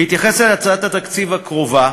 בהתייחס להצעת התקציב הקרובה,